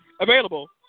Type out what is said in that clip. available